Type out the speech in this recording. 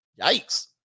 Yikes